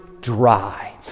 dry